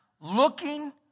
looking